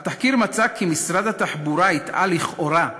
התחקיר מצא כי משרד התחבורה הטעה לכאורה,